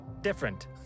different